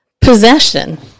possession